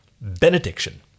Benediction